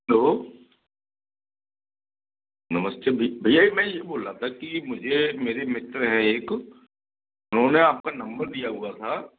hello नमस्ते भैया मैं ये बोल रहा था कि मुझे मेरे मित्र हैं एक उन्होंने आपका नंबर दिया हुआ था